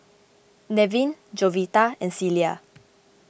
Nevin Jovita and Celia